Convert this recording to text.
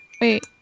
Wait